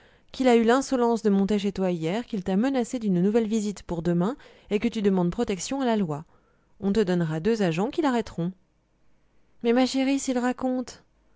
qu'il a eu l'insolence de monter chez toi hier qu'il t'a menacée d'une nouvelle visite pour demain et que tu demandes protection à la loi on te donnera deux agents qui l'arrêteront mais ma chère s'il raconte